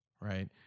right